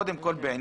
קודם כל,